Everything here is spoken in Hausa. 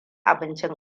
abincin